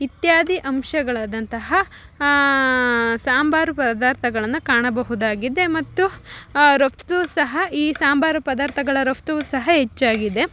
ಇತ್ಯಾದಿ ಅಂಶಗಳಾದಂತಹ ಸಾಂಬಾರು ಪದಾರ್ಥಗಳನ್ನು ಕಾಣಬಹುದಾಗಿದೆ ಮತ್ತು ರಫ್ತು ಸಹ ಈ ಸಾಂಬಾರು ಪದಾರ್ಥಗಳ ರಫ್ತುವೂ ಸಹ ಹೆಚ್ಚಾಗಿದೆ